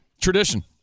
Tradition